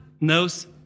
knows